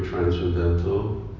Transcendental